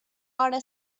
hora